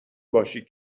باشی